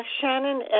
Shannon